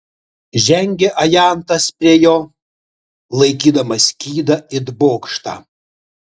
žengė ajantas prie jo laikydamas skydą it bokštą